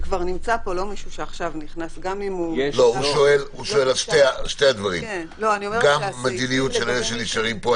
גם אם הוא- -- הוא שואל על שני הדברים גם מדיניות של אלה שנשארה פה.